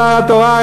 שר התורה,